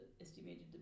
estimated